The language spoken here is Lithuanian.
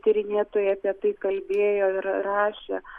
tyrinėtojai apie tai kalbėjo ir rašė